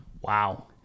Wow